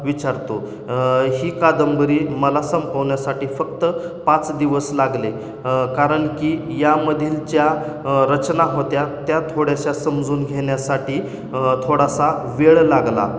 विचारतो ही कादंबरी मला संपवण्यासाठी फक्त पाच दिवस लागले कारण की यामधील ज्या रचना होत्या त्या थोड्याशा समजून घेण्यासाठी थोडासा वेळ लागला